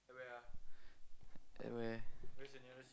at where